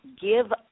give